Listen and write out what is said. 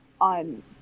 on